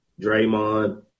Draymond